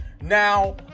Now